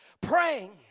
Praying